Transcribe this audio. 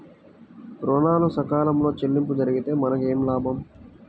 ఋణాలు సకాలంలో చెల్లింపు జరిగితే మనకు ఏమి లాభం?